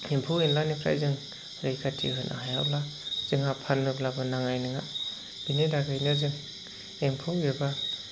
एम्फौ एनलानिफ्राय जों रैखाथि होनो हायाब्ला जोंहा फाननोब्लाबो नांनाय नङा बेनि थाखायनो जों एम्फौ एबा